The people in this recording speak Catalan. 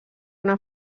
una